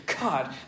God